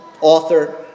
author